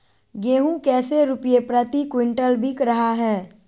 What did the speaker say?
गेंहू कैसे रुपए प्रति क्विंटल बिक रहा है?